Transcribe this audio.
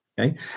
okay